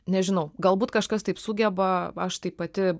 nežinau galbūt kažkas taip sugeba aš tai pati